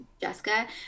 Jessica